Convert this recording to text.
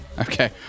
Okay